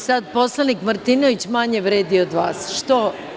Sada poslanik Martinović manje vredi od vas, što?